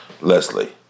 Leslie